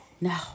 No